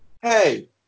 hey